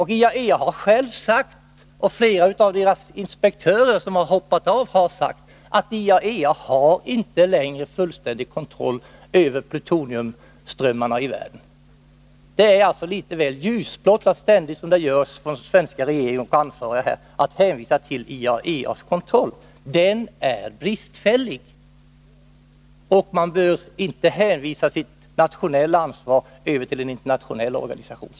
Men företrädare för IAEA och flera inspektörer som har hoppat av organisationen har sagt att IAEA inte längre har fullständig kontroll över plutoniumströmmarna i världen. Det är alltså litet väl ljusblått att — som den svenska regeringen och ansvariga på området ständigt gör — hänvisa till IAEA:s kontroll. Den är nämligen bristfällig. Ett land bör inte heller skjuta över sitt nationella ansvar på en internationell organisation.